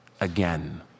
again